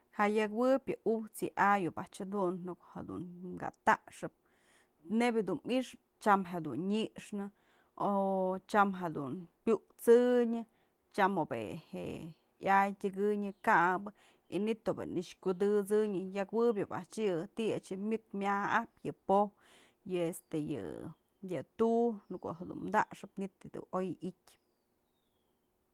Ja yëkuëw yë ujt's yë ay a'ax jedun, në ko'o jedun ka taxëp nebyë dun myxëp tyam jedun nyxnë o tyam jedun pyut'sënyë, tyam ob je'e ya'ay tyëkënyë kabë y manytë obje'e nëkx kyudësënyë, yak jëwëb oby a'ax yë, ti'i a'ax yë myëk maja'ajpyë yë po'oj, yë tu'u, në ko'o jedun taxëp manytë jedunoy i'ityë.